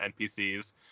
npcs